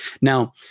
now